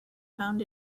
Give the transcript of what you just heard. found